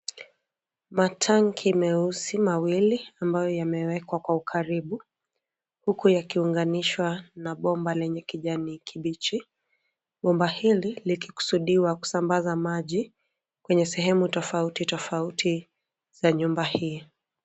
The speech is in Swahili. Matangi meusi mawili ambayo yamewekwa kwa ukaribu huku yakiunganishwa na bomba lenye kijani kibichi. Bomba hili likisudiwa kusambaza maji kwenye sehemu tofauti tofauti za nyumba hii.